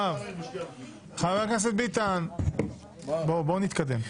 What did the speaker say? חבר הכנסת ביטן, בואו נתקדם.